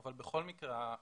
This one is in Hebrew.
בכל מקרה,